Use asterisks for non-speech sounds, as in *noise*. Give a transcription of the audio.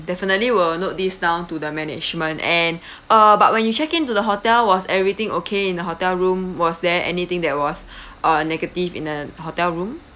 definitely will note this down to the management and uh but when you check into the hotel was everything okay in the hotel room was there anything that was *breath* uh negative in the hotel room